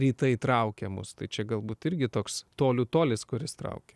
rytai traukia mus tai čia galbūt irgi toks tolių tolis kuris traukia